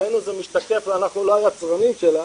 אנחנו לא היצרנים שלה,